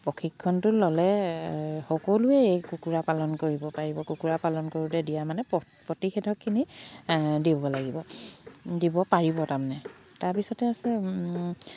প্ৰশিক্ষণটো ল'লে সকলোৱেই কুকুৰা পালন কৰিব পাৰিব কুকুৰা পালন কৰোঁতে দিয়া মানে প প্ৰতিষেধকখিনি দিব লাগিব দিব পাৰিব তাৰমানে তাৰপিছতে আছে